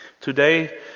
Today